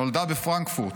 נולדה בפרנקפורט,